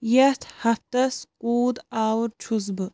یتھ ہفتس کوٗت آوُر چھُس بہٕ